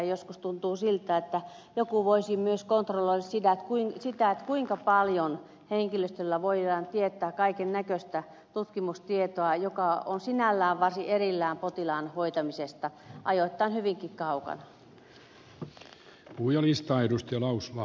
joskus tuntuu siltä että joku voisi myös kontrolloida sitä kuinka paljon henkilöstöllä voidaan teettää kaikennäköistä tutkimustietoa joka on sinällään varsin erillään potilaan hoitamisesta ajoittain hyvinkin kaukana